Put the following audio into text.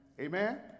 Amen